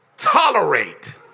tolerate